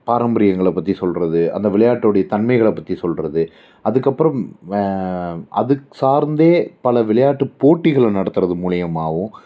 பாரம்பரியங்களை பற்றி சொல்கிறது அந்த விளையாட்டுடைய தன்மைகளை பற்றி சொல்கிறது அதுக்கு அப்புறம் வே அதுக்கு சார்ந்தே பல விளையாட்டு போட்டிகளை நடத்துறது மூலயமாவும்